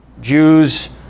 Jews